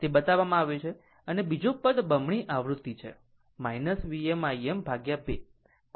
તે બતાવવામાં આવ્યું છે અને બીજો પદ બમણી આવૃત્તિ છે Vm Im2 cos 2 ω t